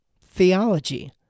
theology